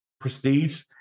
prestige